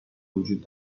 وجود